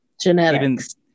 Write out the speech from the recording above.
genetics